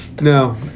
No